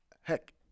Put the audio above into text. Heck